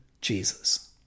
Jesus